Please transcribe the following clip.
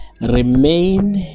remain